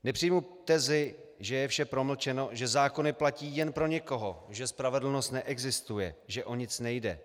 Nepřijmu tezi, že je vše promlčeno, že zákony platí jen pro někoho, že spravedlnost neexistuje, že o nic nejde.